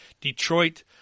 Detroit